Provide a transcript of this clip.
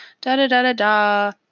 da-da-da-da-da